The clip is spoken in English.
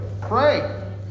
Pray